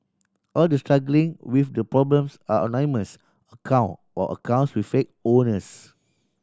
all the struggling with the problems ah anonymous account or accounts with fake owners